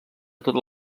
totes